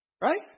Right